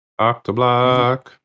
octoblock